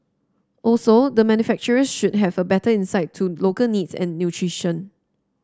also the manufacturers should have a better insight to local needs and nutrition